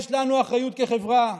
יש לנו אחריות, כחברה.